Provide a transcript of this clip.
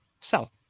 South